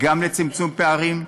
גם לצמצום פערים.